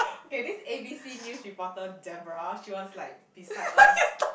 K this A_B_C news reporter Debra she was like beside us